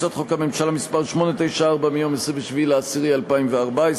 הצעות חוק הממשלה מס' 894, מיום 27 באוקטובר 2014,